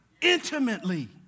intimately